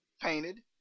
painted